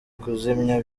kuzimya